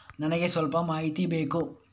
ನನಿಗೆ ಸ್ವಲ್ಪ ಮಾಹಿತಿ ಬೇಕು